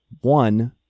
one